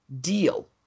deal